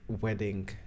wedding